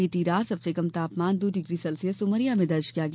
बीती रात सबसे कम तापमान दो डिग्री सेल्सियस उमरिया में दर्ज किया गया